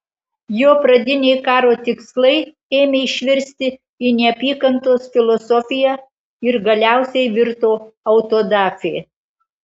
jo pradiniai karo tikslai ėmė išvirsti į neapykantos filosofiją ir galiausiai virto autodafė